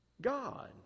God